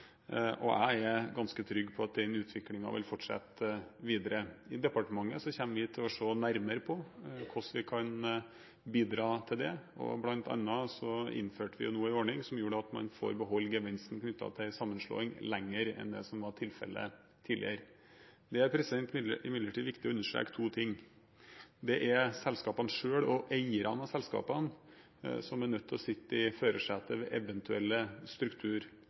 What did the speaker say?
og jeg er ganske trygg på at den utviklingen vil fortsette videre. I departementet kommer vi til å se nærmere på hvordan vi kan bidra til det. Blant annet innførte vi nå en ordning som gjør at man får beholde gevinsten knyttet til en sammenslåing lenger enn det som var tilfelle tidligere. Det er imidlertid viktig å understreke to ting. Det er selskapene selv og eierne av selskapene som er nødt til å sitte i førersetet ved eventuelle